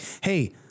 hey